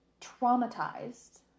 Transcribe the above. traumatized